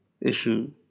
issue